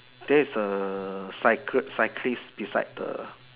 there is a cycle cyclist beside the